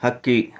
ಹಕ್ಕಿ